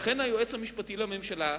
לכן היועץ המשפטי לממשלה,